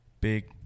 big